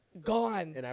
Gone